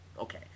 okay